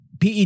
PED